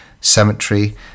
Cemetery